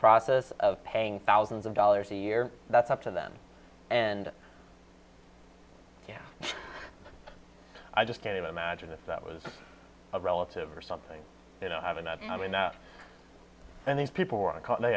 process of paying thousands of dollars a year that's up to them and you know i just can't imagine if that was a relative or something they don't have enough and these people were and they